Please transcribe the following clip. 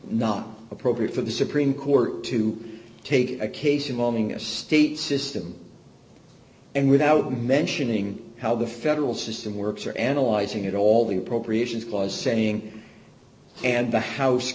not appropriate for the supreme court to take a case involving a state system and without mentioning how the federal system works you're analyzing it all the appropriations clause saying and the house